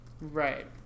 Right